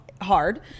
hard